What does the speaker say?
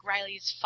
Riley's